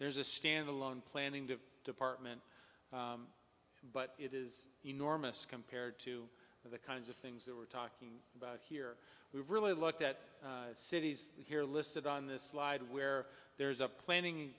there's a stand alone planning to department but it is enormous compared to the kinds of things that we're talking about here we've really looked at cities here listed on this slide where there's a planning